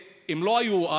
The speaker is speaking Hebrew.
והם לא היו,